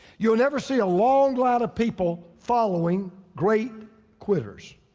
you'll never see a long line of people following great quitters.